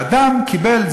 האדם קיבל,